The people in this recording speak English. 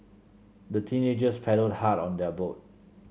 the teenagers paddled hard on their boat